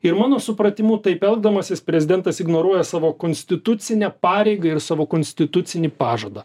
ir mano supratimu taip elgdamasis prezidentas ignoruoja savo konstitucinę pareigą ir savo konstitucinį pažadą